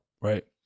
right